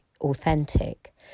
authentic